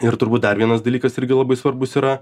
ir turbūt dar vienas dalykas irgi labai svarbus yra